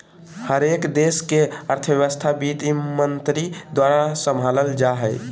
हरेक देश के अर्थव्यवस्था वित्तमन्त्री द्वारा सम्भालल जा हय